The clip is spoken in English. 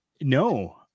No